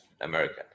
American